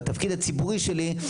בתפקיד הציבורי שלי,